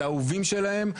של האהובים שלהם,